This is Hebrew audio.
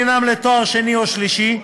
הלימודים אינם לתואר שני או שלישי,